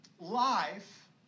life